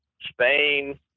Spain